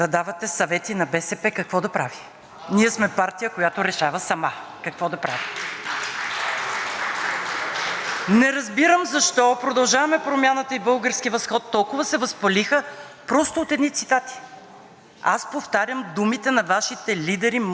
Не разбирам защо „Продължаваме Промяната“ и „Български възход“ толкова се възпалиха просто от едни цитати? Аз повтарям думите на Вашите лидери мотамо, както са казани – не ги коментирам. Казвам: ето това беше, сега говорите обратно. Кажете какво става?